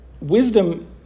wisdom